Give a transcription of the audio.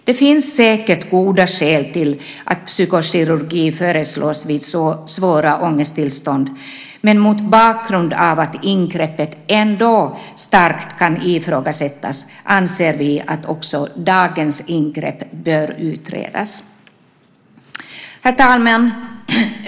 Det finns säkert goda skäl till att psykokirurgi föreslås vid svåra ångesttillstånd, men mot bakgrund av att ingreppet ändå starkt kan ifrågasättas anser vi att också dagens ingrepp bör utredas. Herr talman!